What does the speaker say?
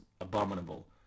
abominable